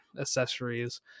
accessories